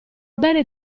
bene